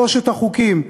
שלושת החוקים,